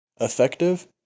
effective